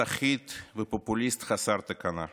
סחיט ופופוליסט חסר תקנה.